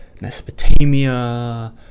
Mesopotamia